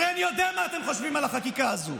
הרי אני יודע מה אתם חושבים על החקיקה הזו.